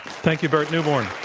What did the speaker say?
thank you, burt neuborne.